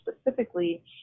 specifically